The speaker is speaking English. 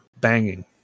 banging